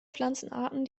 pflanzenarten